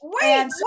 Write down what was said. Wait